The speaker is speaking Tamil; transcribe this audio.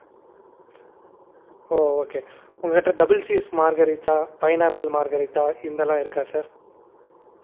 ஐநூற்றம்பது ரூபா அதை வாங்கிட்டு வந்தேன் அங்கேயும் இங்கேயும் திரிஞ்சு மண்ணெண்ணெயும் வாங்கிட்டு வந்து ஊற்றி பற்ற வைக்கலான்னு நினச்சா